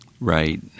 Right